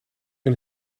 een